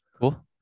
Cool